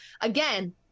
again